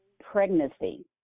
pregnancy